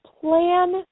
plan